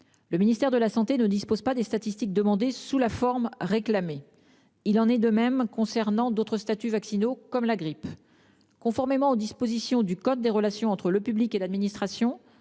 Le ministère de la santé ne dispose pas des statistiques demandées sous la forme réclamée. Il en est de même concernant d'autres statuts vaccinaux, comme la grippe. Conformément aux dispositions du code des relations entre le public et l'administration,